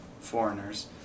foreigners